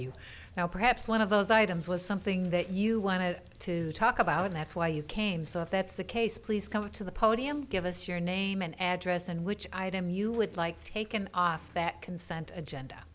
you now perhaps one of those items was something that you wanted to talk about and that's why you came so if that's the case please come up to the podium give us your name and address and which item you would like taken off that consent agenda